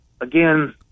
again